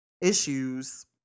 issues